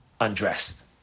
undressed